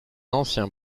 ancien